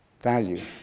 value